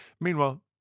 Meanwhile